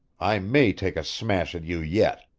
i may take a smash at you yet!